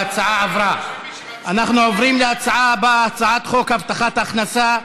אין הצעת ועדת הכנסת לתיקון סעיף 129 בתקנון הכנסת נתקבלה.